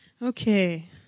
Okay